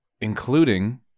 including